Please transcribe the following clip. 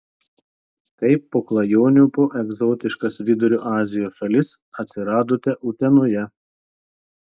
kaip po klajonių po egzotiškas vidurio azijos šalis atsiradote utenoje